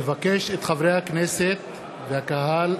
אבקש מחברי הכנסת ומהקהל,